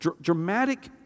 dramatic